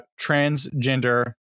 transgender